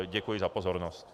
Děkuji za pozornost.